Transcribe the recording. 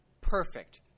Perfect